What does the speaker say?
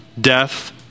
death